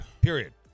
Period